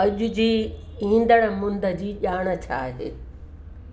अॼु जी ईंदड़ मुंदि जी ॼाण छा आहे